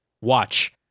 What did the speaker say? watch